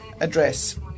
address